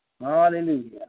Hallelujah